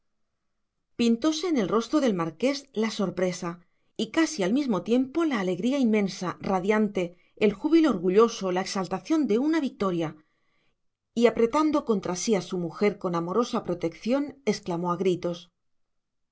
pintóse en el rostro del marqués la sorpresa y casi al mismo tiempo la alegría inmensa radiante el júbilo orgulloso la exaltación de una victoria y apretando contra sí a su mujer con amorosa protección exclamó a gritos